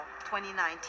2019